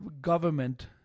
government